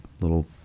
little